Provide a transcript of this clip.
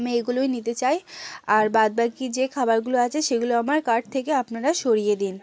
আমি এগুলোই নিতে চাই আর বাদ বাকি যে খাবারগুলো আছে সেগুলো আমার কার্ট থেকে আপনারা সরিয়ে দিন